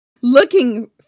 looking